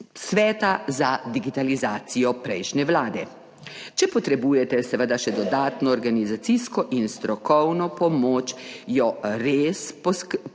za digitalizacijo prejšnje vlade. Če potrebujete seveda še dodatno organizacijsko in strokovno pomoč, jo res priskrbite